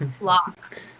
Lock